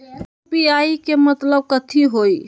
UPI के मतलब कथी होई?